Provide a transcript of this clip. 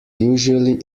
usually